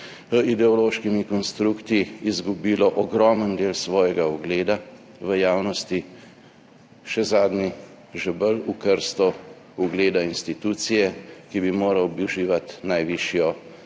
ideološkimi konstrukti izgubilo ogromen del svojega ugleda v javnosti, še zadnji žebelj v krsto ugleda institucije, ki bi morala uživati najvišjo